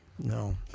no